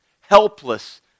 Helpless